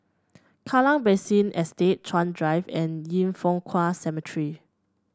Kallang Basin Estate Chuan Drive and Yin Foh Kuan Cemetery